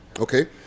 Okay